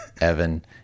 Evan